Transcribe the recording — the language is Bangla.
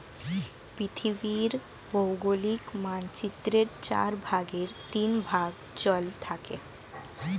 পৃথিবীর ভৌগোলিক মানচিত্রের চার ভাগের তিন ভাগ জল থাকে